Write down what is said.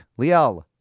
Liel